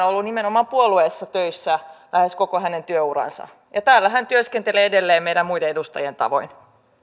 on ollut nimenomaan puolueessa töissä lähes koko työuransa ja täällä hän työskentelee edelleen meidän muiden edustajien tavoin